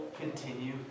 continue